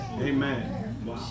Amen